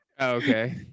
Okay